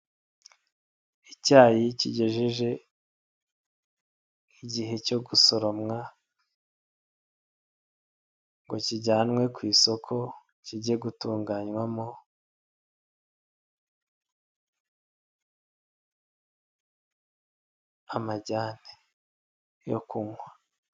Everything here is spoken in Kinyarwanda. Icyayi kigejeje nk'igihe cyo gusoromwa ngo kijyanwe ku isoko, kijye gutunganywamo amajyane yo kunywa.